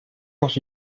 dans